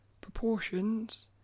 proportions